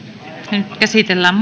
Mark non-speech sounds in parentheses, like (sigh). nyt käsitellään (unintelligible)